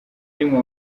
rimwe